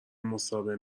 مصاحبه